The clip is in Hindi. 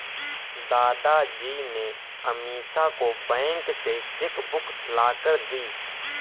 दादाजी ने अमीषा को बैंक से चेक बुक लाकर दी